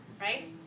right